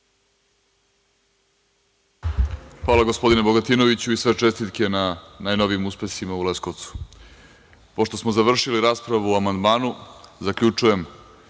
Hvala, gospodine Bogatinoviću, i sve čestitke na najnovijim uspesima u Leskovcu. Pošto smo završili raspravu o amandmanu, zaključujem